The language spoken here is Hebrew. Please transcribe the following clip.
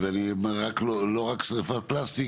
לא רק שריפת פלסטיק,